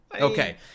Okay